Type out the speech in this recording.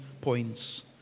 points